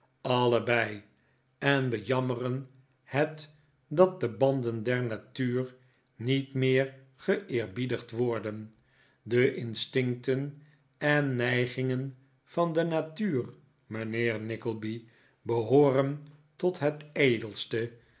allebei en bejammeren het dat de banden der natuur niet meer geeerbiedigd worden de instincten en neigingen van de natuur mijnheer nickleby behooren tot het edelste